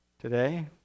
today